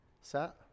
Set